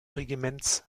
regiments